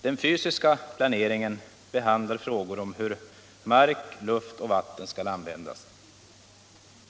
Den fysiska planeringen behandlar frågor om hur mark, luft och vatten skall användas.